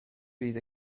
bydd